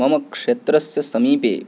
मम क्षेत्रस्य समीपे